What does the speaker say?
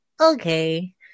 okay